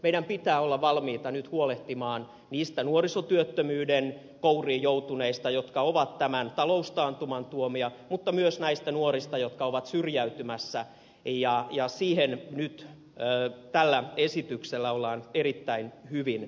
meidän pitää olla valmiita nyt huolehtimaan niistä nuorisotyöttömyyden kouriin joutuneista jotka ovat tämän taloustaantuman tuomia mutta myös näistä nuorista jotka ovat syrjäytymässä ja siihen nyt tällä esityksellä ollaan erittäin hyvin tarttumassa